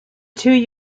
two